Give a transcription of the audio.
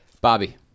Bobby